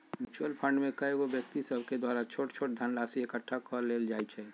mutual fund में कएगो व्यक्ति सभके द्वारा छोट छोट धनराशि एकठ्ठा क लेल जाइ छइ